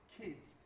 kids